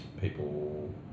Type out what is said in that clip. people